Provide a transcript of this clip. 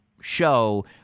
show